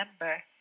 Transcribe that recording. remember